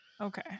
Okay